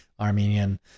Armenian